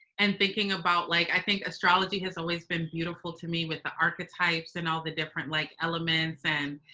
and thinking about like i think astrology has always been beautiful to me with the archetypes, and all the different, like elements. and,